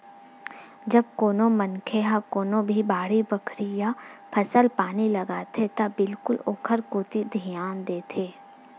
जब कोनो मनखे ह कोनो भी बाड़ी बखरी या फसल पानी लगाथे त बिल्कुल ओखर कोती धियान देथे